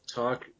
talk